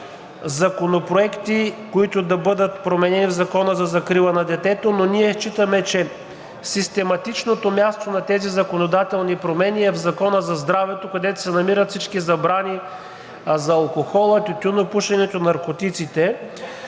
законопроекти, които да бъдат променени в Закона за закрила на детето, но ние считаме, че систематичното място на тези законодателни промени е в Закона за здравето, където се намират всички забрани за алкохола, тютюнопушенето, наркотиците.